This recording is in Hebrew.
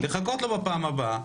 לחכות לו בפעם הבאה.